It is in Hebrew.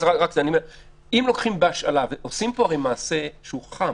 אם לוקחים בהשאלה ועושים פה מעשה שהוא חם